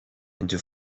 into